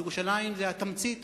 בירושלים, זה התמצית